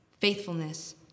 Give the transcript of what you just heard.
faithfulness